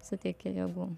suteikia jėgų